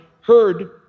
heard